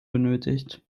benötigt